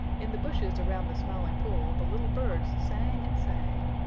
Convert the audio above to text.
in the bushes around the smiling pool the little birds sang and sang.